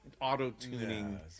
auto-tuning